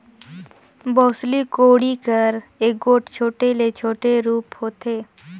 बउसली कोड़ी कर एगोट छोटे ले छोटे रूप होथे